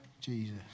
Jesus